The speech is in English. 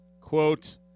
Quote